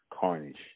carnage